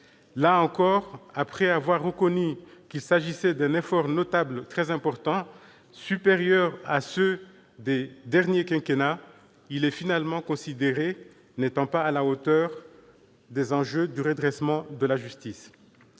Là encore, après que l'on eut reconnu qu'il s'agissait là d'un effort « notable »,« très important », supérieur à ceux des derniers quinquennats, il a finalement été considéré qu'il n'était pas à la hauteur des enjeux du redressement de la justice.